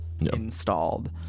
Installed